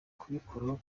kubikoraho